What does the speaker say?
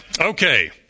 Okay